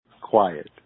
quiet